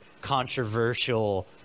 controversial